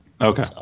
Okay